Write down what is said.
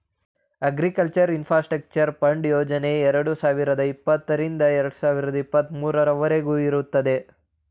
agriculture infrastructure fund ಯೋಜನೆ ಎರಡು ಸಾವಿರದ ಇಪ್ಪತ್ತರಿಂದ ಎರಡು ಸಾವಿರದ ಇಪ್ಪತ್ತ ಮೂರವರಗೆ ಇರುತ್ತದೆ